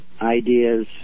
Ideas